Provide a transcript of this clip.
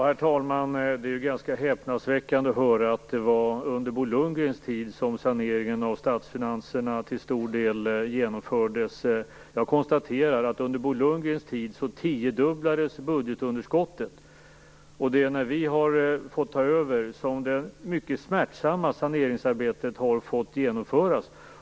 Herr talman! Det är ganska häpnadsväckande att höra att det var under Bo Lundgrens tid som saneringen av statsfinanserna till stor del genomfördes. Jag konstaterar att under hans tid tiodubblades budgetunderskottet. Det var när Socialdemokraterna fick ta över som det mycket smärtsamma saneringsarbetet fick genomföras.